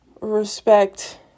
respect